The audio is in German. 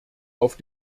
auf